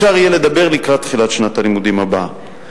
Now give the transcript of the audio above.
אפשר יהיה לדבר לקראת תחילת שנת הלימודים הבאה.